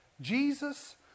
Jesus